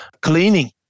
cleaning